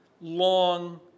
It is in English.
long